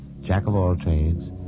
jack-of-all-trades